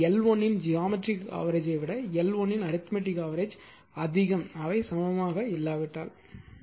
ஆனால் L1 இன் geometric ஆவெரேஜ்யை விட L1 இன் அரித்மேட்டிக் ஆவெரேஜ் அதிகம் அவை சமமாக இல்லாவிட்டால்